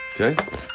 Okay